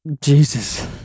Jesus